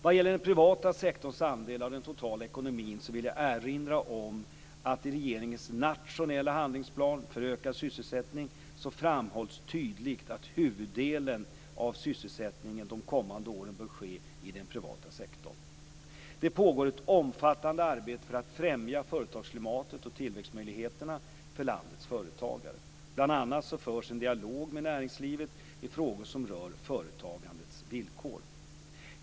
Vad gäller den privata sektorns andel av den totala ekonomin vill jag erinra om att det i regeringens nationella handlingsplan för ökad sysselsättning framhålls tydligt att huvuddelen av sysselsättningsökningen de kommande åren bör ske i den privata sektorn. Det pågår ett omfattande arbete för att främja företagsklimatet och tillväxtmöjligheterna för landets företagare. Bl.a. förs en dialog med näringslivet i frågor som rör företagandets villkor.